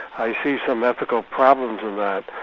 i see some ethical problems with that.